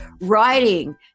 Writing